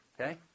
Okay